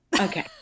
Okay